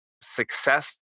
success